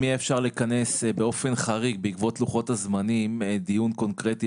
אם יהיה אפשר לכנס במסגרת הוועדה הנכבדה דיון קונקרטי